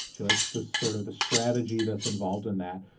she likes the sort of the strategy that's involved in that.